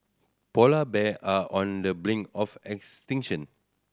polar bear are on the brink of extinction